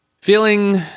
Feeling